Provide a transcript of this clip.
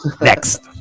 next